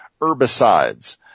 herbicides